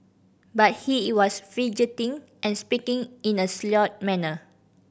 but he was fidgeting and speaking in a slurred manner